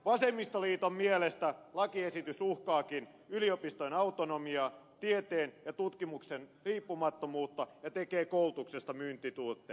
vasemmistoliiton mielestä lakiesitys uhkaakin yliopistojen autonomiaa tieteen ja tutkimuksen riippumattomuutta ja tekee koulutuksesta myyntituotteen